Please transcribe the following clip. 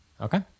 Okay